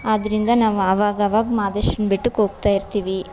ಆದ್ದರಿಂದ ನಾವು ಆವಾಗಾವಾಗ ಮಾದೇಶ್ವರನ ಬೆಟ್ಟಕ್ಕೆ ಹೋಗ್ತಾ ಇರ್ತೀವಿ